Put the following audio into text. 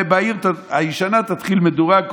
ובעיר הישנה תתחיל מדורג,